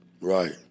Right